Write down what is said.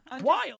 Wild